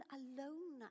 alone